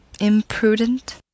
imprudent